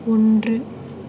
ஒன்று